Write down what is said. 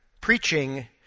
preaching